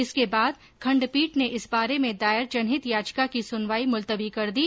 इसके बाद खंडपीठ ने इस बारे में दायर जनहित याचिका की सुनवाई मुल्तवी कर दी